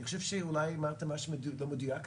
אני חושב שאולי אמרת משהו לא מדויק.